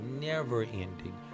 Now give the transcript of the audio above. never-ending